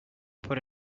por